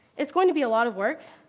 it's going to be a lot of work,